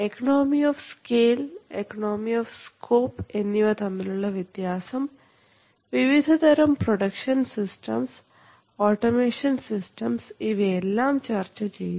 economy of scale economy of scope എന്നിവ തമ്മിലുള്ള ഉള്ള വ്യത്യാസം വിവിധതരം പ്രൊഡക്ഷൻ സിസ്റ്റംസ് ഓട്ടോമേഷൻ സിസ്റ്റംസ് ഇവയെല്ലാം ചർച്ച ചെയ്തു